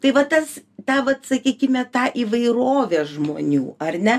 tai va tas tą vat sakykime tą įvairovė žmonių ar ne